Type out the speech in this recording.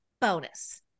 bonus